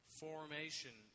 formation